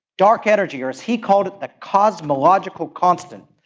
dark energy, or as he called it the cosmological constant,